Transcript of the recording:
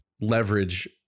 leverage